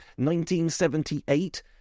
1978